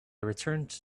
returned